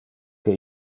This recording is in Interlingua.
que